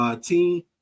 team